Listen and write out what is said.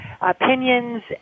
opinions